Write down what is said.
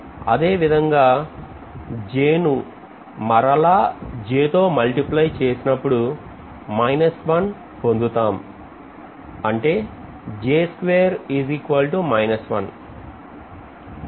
అదేవిధంగా j ను మరలా j తో మళ్లీ ప్లే చేసినప్పుడు 1 పొందుతాం